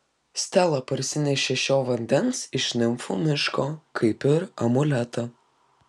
stela parsinešė šio vandens iš nimfų miško kaip ir amuletą